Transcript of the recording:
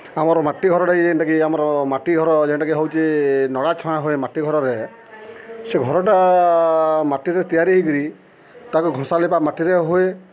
ଆମର୍ ମାଟି ଘରଟା ଯେନ୍ଟାକି ଆମର ମାଟି ଘର ଯେନ୍ଟାକି ହଉଛେ ନଳା ଛୁଆଁ ହୁଏ ମାଟି ଘରରେ ସେ ଘରଟା ମାଟିରେ ତିଆରି ହେଇକିରି ତାକୁ ଘସା ଲିପା ମାଟିରେ ହୁଏ